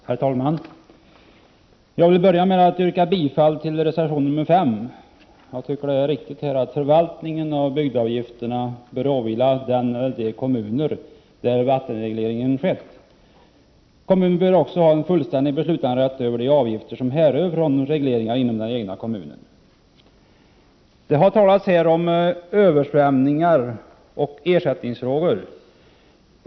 Herr talman! Jag vill börja med att yrka bifall till reservation nr 5. Jag tycker att det är riktigt att förvaltningarna av bygdeavgifterna bör åvila den eller de kommuner där vattenregleringen skett. Kommunen bör också ha fullständig beslutanderätt över de avgifter som härrör från regleringar inom den egna kommunen. Det har talats här om översvämningar och ersättningsfrågor.